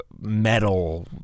metal